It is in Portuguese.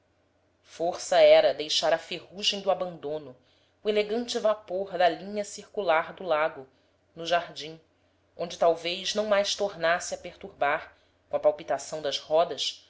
força era deixar à ferrugem do abandono o elegante vapor da linha circular do lago no jardim onde talvez não mais tornasse a perturbar com a palpitação das rodas